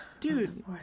Dude